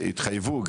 התחייבו,